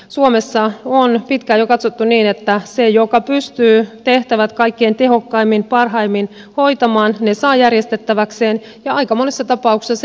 suomessa on jo pitkään katsottu niin että se joka pystyy tehtävät kaikkein tehokkaimmin parhaimmin hoitamaan ne saa järjestettäväkseen ja aika monessa tapauksessa se on kunta